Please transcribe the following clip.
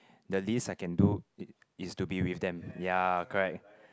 the least I can do is to be with them yea correct